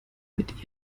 mit